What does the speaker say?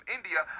India